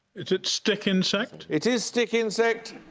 it it stick insect? it is stick insect.